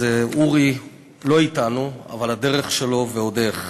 אז אורי לא אתנו, אבל הדרך שלנו, ועוד איך.